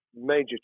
major